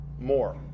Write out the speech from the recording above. More